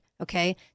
Okay